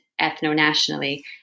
ethno-nationally